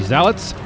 Zalots